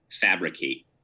fabricate